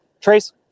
trace